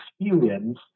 experience